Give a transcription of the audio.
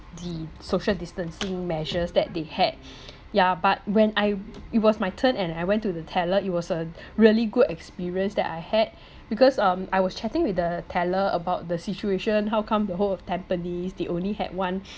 the social distancing measures that they had yeah but when I it was my turn and I went to the teller it was a really good experience that I had because um I was chatting with the teller about the situation how come the whole of tampines they only had one